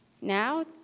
Now